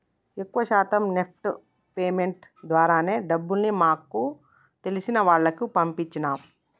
ఎక్కువ శాతం NEFT payments ద్వారానే డబ్బుల్ని మాకు తెలిసిన వాళ్లకి పంపించినం